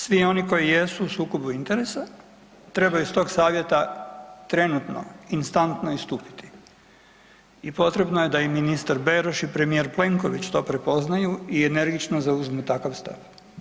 Svi oni koji jesu u sukobu interesa trebaju s tog savjeta trenutno instantno istupiti i potrebno je da i ministar Beroš i premijer Plenković to prepoznaju i energično zauzmu takav stav.